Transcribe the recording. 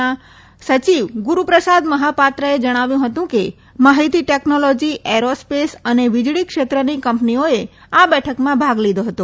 ના સચિવ ગુરુપ્રસાદ મહાપાત્રએ જણાવ્યું હતું કે માહિતી ટેકનોલોજી એરો સ્પેસ અને વીજળી ક્ષેત્રની કંપનીઓએ આ બેઠકમાં ભાગ લીધો હતો